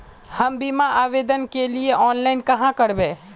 हम बीमा आवेदान के लिए ऑनलाइन कहाँ करबे?